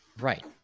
Right